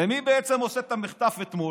ומי בעצם עושה את המחטף אתמול?